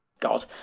God